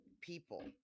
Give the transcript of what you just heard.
people